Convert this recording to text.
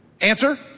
Answer